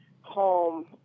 home